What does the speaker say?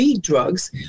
drugs